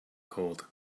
cold